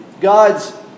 God's